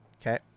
Okay